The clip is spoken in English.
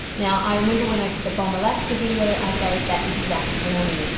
now i remember when i did the bombe alaska video i gave that exact warning. ah